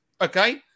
Okay